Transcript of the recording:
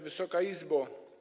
Wysoka Izbo!